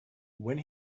when